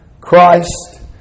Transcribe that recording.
Christ